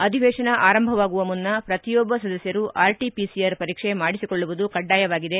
ಅಧಿವೇಶನ ಆರಂಭವಾಗುವ ಮುನ್ನ ಪ್ರತಿಯೊಬ್ಬ ಸದಸ್ಯರು ಆರ್ಟಿ ಪಿಸಿಆರ್ ಪರೀಕ್ಷೆ ಮಾಡಿಸಿಕೊಳ್ಳುವುದು ಕಡ್ಡಾಯವಾಗಿದೆ